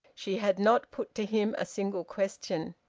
she had not put to him a single question.